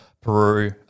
Peru